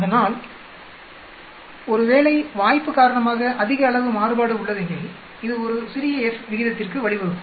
அதனால்ஒரு வேளை வாய்ப்பு காரணமாக அதிக அளவு மாறுபாடு உள்ளதெனில் இது ஒரு சிறிய F விகிதத்திற்கு வழிவகுக்கும்